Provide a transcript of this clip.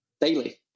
daily